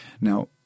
Now